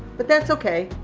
but that's okay.